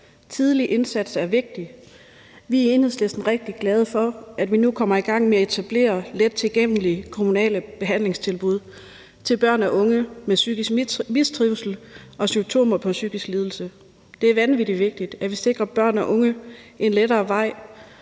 tidlig indsats. Vi er i Enhedslisten rigtig glade for, at vi nu kommer i gang med at etablere lettilgængelige kommunale behandlingstilbud til børn og unge med psykisk mistrivsel og symptomer på psykisk lidelse. Det er vanvittig vigtigt, at vi sikrer børn og unge en lettere vej,